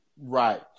Right